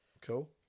Cool